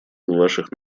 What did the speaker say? ваших